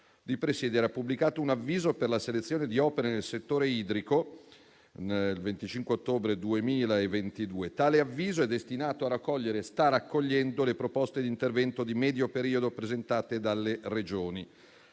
di presiedere ha pubblicato un avviso per la selezione di opere nel settore idrico, il 25 ottobre 2022. Tale avviso è destinato a raccogliere e sta raccogliendo le proposte di intervento di medio periodo presentate dalle Regioni.